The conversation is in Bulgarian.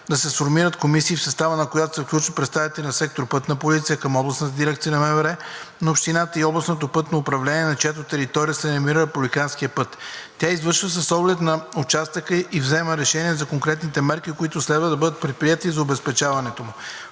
да се сформира комисия, в състава на която се включват представители на сектор „Пътна полиция“ към Областна дирекция на МВР, на общината и на Областното пътно управление, на чиято територия се намира републиканският път. Тя извършва оглед на участъка и взема решение за конкретни мерки, които следва да бъдат предприети за обезопасяването му.